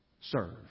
Serve